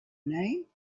name